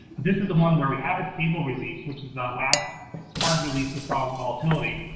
this is the one where we have a stable release, which is the last hard release with all the volatility.